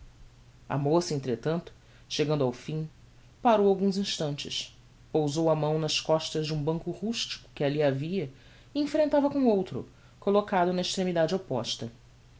a moça entretanto chegando ao fim parou alguns instantes pousou a mão nas costas de um banco rustico que alli havia e enfrentava com outro collocado na extremidade opposta